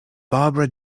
barbara